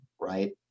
right